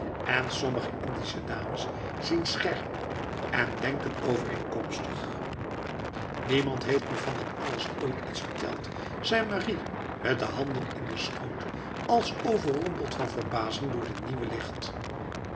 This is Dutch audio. en sommige indische dames zien scherp en denken overeenkomstigl niemand heeft me van dat alles ooit iets verteld zei marie met de handen in de schoot als overrompeld van verbazing door dit nieuwe licht